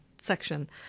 section